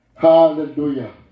Hallelujah